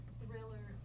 thriller